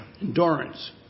endurance